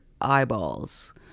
eyeballs